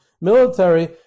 military